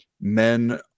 men